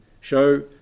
show